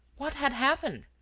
what had happened?